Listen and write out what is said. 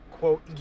quote